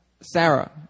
Sarah